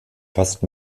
fast